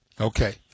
Okay